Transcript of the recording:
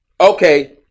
okay